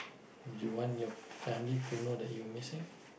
would you want your family to know that you're missing